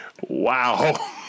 Wow